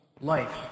life